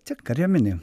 čia kariuomenė